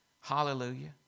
Hallelujah